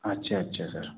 अच्छा अच्छा सर